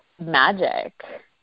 magic